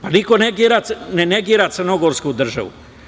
Pa, niko ne negira crnogorsku državu.